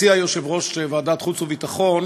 הציע יושב-ראש ועדת חוץ וביטחון